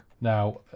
Now